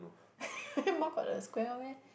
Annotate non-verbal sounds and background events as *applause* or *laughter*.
*laughs* handball got the square one meh